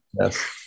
Yes